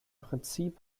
prinzip